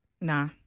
Nah